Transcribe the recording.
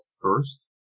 first